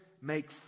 Make